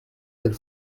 del